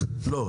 לא.